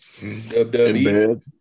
WWE